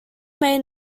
may